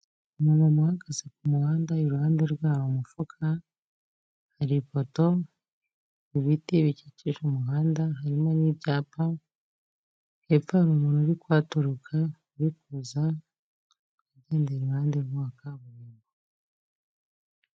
Ni umumama uhagaze ku muhanda iruhande rwe hari umufuka, hari ipoto mu biti bikikije umuhanda, harimo n'ibyapa hepfo umuntu uri kuhaturuka uri kuza agendera iruhande rwa kaburimbo.